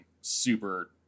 super